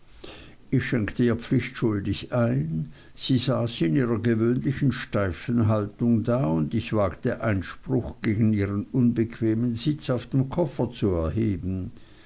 ich schenkte ihr pflichtschuldigst ein sie saß in ihrer gewöhnlichen steifen haltung da und ich wagte einspruch gegen ihren unbequemen sitz auf dem koffer zu erheben